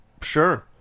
sure